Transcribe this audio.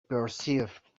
perceived